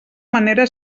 manera